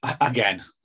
Again